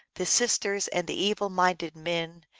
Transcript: the sisters and the evil-minded men,